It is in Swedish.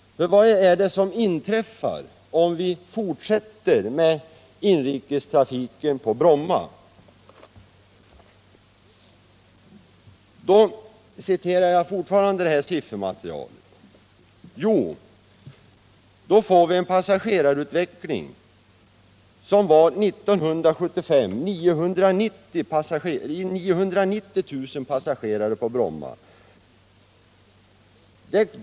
Vad är det som inträffar, om vi fortsätter med inrikestrafiken på Bromma? Jo — jag citerar fortfarande siffermaterialet — år 1975 hade vi 990 000 passagerare på Bromma.